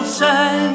say